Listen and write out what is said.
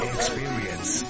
Experience